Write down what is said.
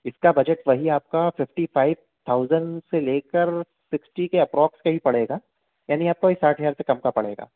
इसका बजट वही आपका फिफ्टी फाइव थाउजेंड से लेकर सिक्स्टी के एपरोक्स में ही पड़ेगा यानि आपको ये साठ हजार से कम का पड़ेगा